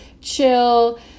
chill